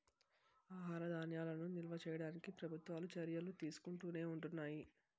ఆహార ధాన్యాలను నిల్వ చేయడానికి ప్రభుత్వాలు చర్యలు తీసుకుంటునే ఉంటున్నాయి